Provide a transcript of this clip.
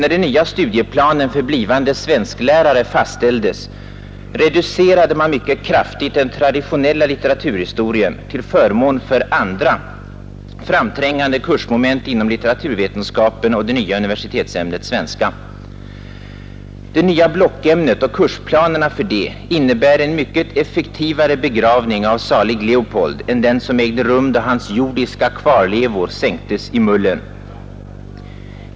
när den nya studieplanen för blivande svensklärare fastställdes, reducerade man mycket kraftigt den traditionella litteraturhistorien till förmån för andra, starkt framträngande kursmoment inom litteraturvetenskapen och det nya universitetsämnet svenska. Det nya blockämnet och kursplanerna för det innebär en mycket effektivare begravning av salig Leopold än den som ägde rum då hans jordiska kvarlevor sänktes i mullen.